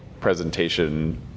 presentation